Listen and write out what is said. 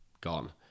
gone